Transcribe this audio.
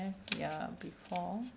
have ya before